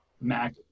Mac